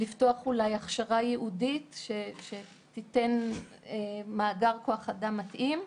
אולי לפתוח הכשרה ייעודית שתיתן מאגר כוח אדם מתאים.